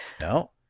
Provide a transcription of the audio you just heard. No